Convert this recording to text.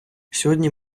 сьогодні